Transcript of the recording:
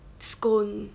scone